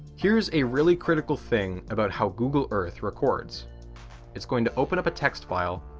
here's a really critical thing about how google earth records it's going to open up a text file,